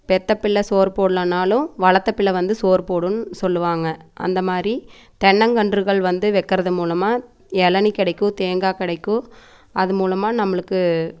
பெற்ற பிள்ளை சோறு போடலன்னாலும் வளர்த்த பிள்ளை வந்து சோறு போடுமுன்னு சொல்லுவாங்க அந்தமாதிரி தென்னங்கன்றுகள் வந்து வைக்கறது மூலமாக இளநி கிடைக்கும் தேங்காய் கிடைக்கும் அது மூலமாக நம்மளுக்கு